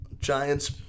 Giants